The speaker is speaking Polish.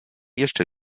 jeszcze